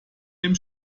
dem